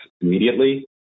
immediately